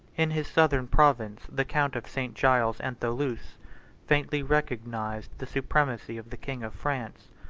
in his southern province, the count of st. giles and thoulouse faintly recognized the supremacy of the king of france,